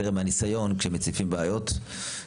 שמציפים בעיות,